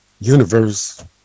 universe